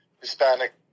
Hispanic